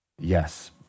yes